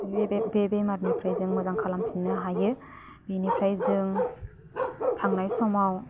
बे बे बेमारनिफ्राय जों मोजां खालामफिन्नो हायो बिनिफ्राय जों थांनाय समाव